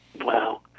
Wow